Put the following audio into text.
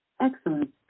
Excellent